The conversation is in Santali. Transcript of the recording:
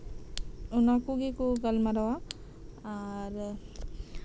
ᱚᱱᱟ ᱠᱚᱜᱮ ᱠᱚ ᱜᱟᱞᱢᱟᱨᱟᱣᱟ ᱟᱨ